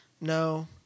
No